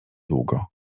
długo